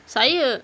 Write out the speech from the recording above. saya